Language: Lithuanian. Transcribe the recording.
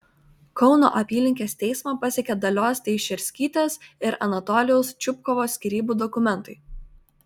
kauno apylinkės teismą pasiekė dalios teišerskytės ir anatolijaus čupkovo skyrybų dokumentai